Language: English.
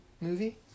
movie